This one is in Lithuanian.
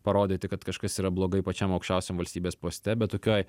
parodyti kad kažkas yra blogai pačiam aukščiausiam valstybės poste bet tokioj